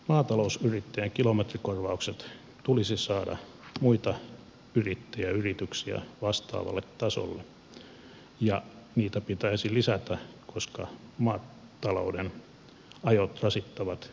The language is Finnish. maatalousyrittäjän kilometrikorvaukset tulisi saada muiden yrittäjien ja yrityksien korvauksia vastaavalle tasolle ja niitä pitäisi lisätä koska maatalouden ajot rasittavat yrittäjän taloutta